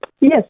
yes